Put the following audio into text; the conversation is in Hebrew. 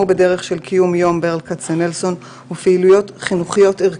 בדרך של קיום יום ברל כצנלסון ופעילויות חינוכיות-ערכיות,